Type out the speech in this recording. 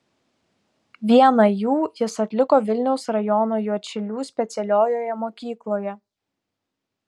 vieną jų jis atliko vilniaus rajono juodšilių specialiojoje mokykloje